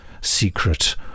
secret